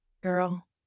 girl